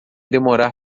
demorar